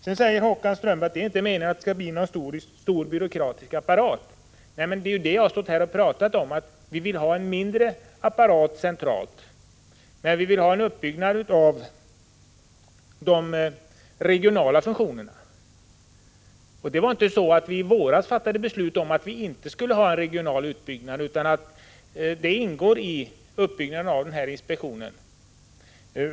Håkan Strömberg säger vidare att det inte är meningen att det skall bli en stor byråkratisk apparat. Det är precis vad också jag har sagt; vi vill ha en mindre administration centralt. Men vi vill också ha en uppbyggnad av de regionala funktionerna. Riksdagen fattade i våras inte beslut om att vi inte skulle ha en regional utbyggnad, utan det ingår i uppbyggnaden av kemikalieinspektionen.